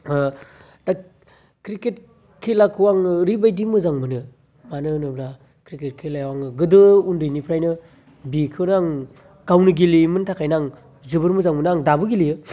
ओ दा क्रिकेट खेलाखौ आङो ओरैबादि मोजां मोनो मानो होनोब्ला क्रिकेट खेलायाव आङो गोदो उन्दैनिफ्रायनो बेखौनो आं गावनो गेलेयोमोन थाखायनो आं जोबोर मोजां मोनो आं दाबो गेलेयो